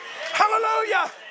Hallelujah